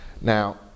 Now